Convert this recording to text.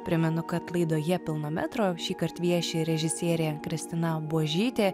primenu kad laidoje pilno metro šįkart vieši režisierė kristina buožytė